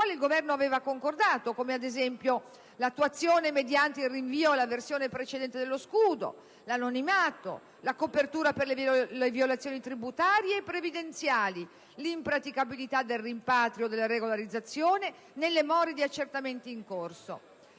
il Governo aveva concordato come, ad esempio, l'attuazione mediante il rinvio alla versione precedente dello scudo, l'anonimato, la copertura per le violazioni tributarie e previdenziali, l'impraticabilità del rimpatrio e della regolarizzazione nelle more di accertamenti in corso.